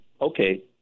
okay